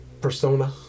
persona